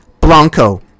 Blanco